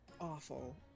Awful